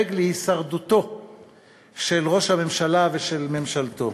שדואג להישרדות של ראש הממשלה ושל ממשלתו.